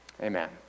Amen